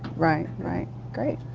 right, right. great,